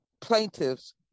plaintiffs